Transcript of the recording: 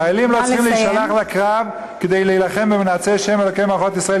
חיילים לא צריכים להישלח לקרב כדי להילחם במנאצי שם אלוקי מערכות ישראל.